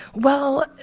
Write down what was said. well,